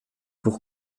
pour